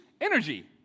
energy